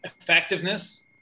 effectiveness